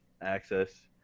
access